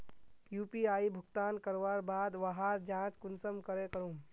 UPI भुगतान करवार बाद वहार जाँच कुंसम करे करूम?